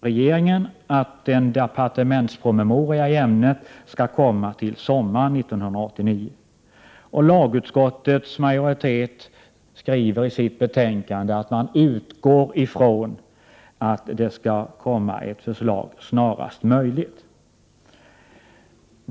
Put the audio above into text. Regeringen utlovar att en departementspromemoria i ämnet skall komma till sommaren 1989. Lagutskottets majoritet skriver i betänkandet att man utgår ifrån att det skall komma ett förslag snarast möjligt.